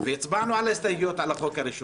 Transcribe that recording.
והצבענו על ההסתייגויות על החוק הראשון.